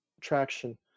traction